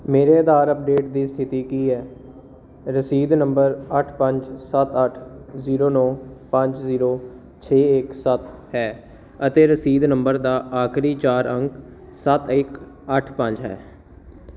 ਮੇਰੇ ਆਧਾਰ ਅੱਪਡੇਟ ਦੀ ਸਥਿਤੀ ਕੀ ਹੈ ਰਸੀਦ ਨੰਬਰ ਅੱਠ ਪੰਜ ਸੱਤ ਅੱਠ ਜੀਰੋ ਨੌ ਪੰਜ ਜੀਰੋ ਛੇ ਇੱਕ ਸੱਤ ਹੈ ਅਤੇ ਰਸੀਦ ਨੰਬਰ ਦਾ ਆਖਰੀ ਚਾਰ ਅੰਕ ਸੱਤ ਇੱਕ ਅੱਠ ਪੰਜ ਹੈ